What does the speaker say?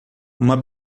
uma